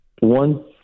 One